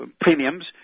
premiums